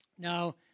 Now